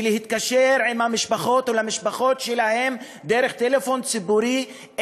להתקשר למשפחות שלהם דרך טלפון ציבורי,